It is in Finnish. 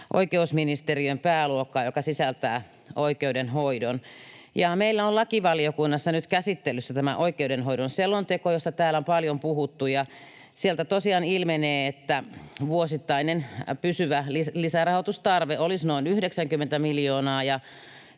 oikeusministeriön pääluokkaa, joka sisältää oikeudenhoidon. Meillä on lakivaliokunnassa nyt käsittelyssä tämä oikeudenhoidon selonteko, josta täällä on paljon puhuttu, ja sieltä tosiaan ilmenee, että vuosittainen pysyvä lisärahoitustarve olisi noin 90 miljoonaa